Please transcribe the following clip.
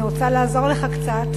אני רוצה לעזור לך קצת.